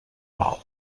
val